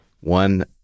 one